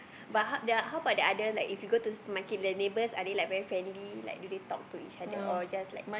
but how that how about that the other if you go to the market are the neighbor are they very friendly like they talk to each other like that